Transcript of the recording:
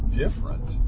different